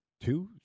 two